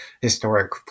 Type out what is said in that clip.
historic